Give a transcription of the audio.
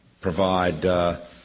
provide